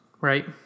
right